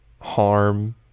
harm